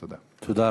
תודה.